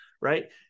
Right